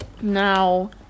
Now